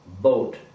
boat